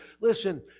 Listen